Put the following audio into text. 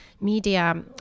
media